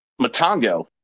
Matango